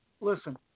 listen